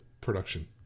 production